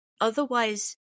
otherwise